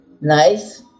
nice